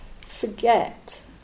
forget